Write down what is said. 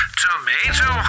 tomato